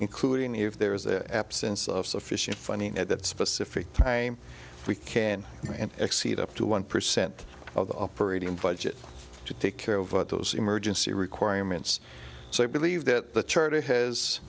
including the if there is an absence of sufficient funding at that specific time we can exceed up to one percent of the operating budget to take care of those emergency requirements so i believe that the target has